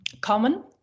common